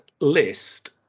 list